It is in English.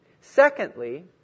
Secondly